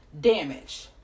damage